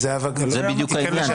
זה בדיוק העניין.